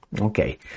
Okay